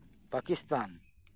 Pakistan